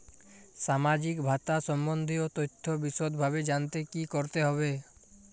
সামাজিক ভাতা সম্বন্ধীয় তথ্য বিষদভাবে জানতে কী করতে হবে?